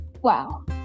Wow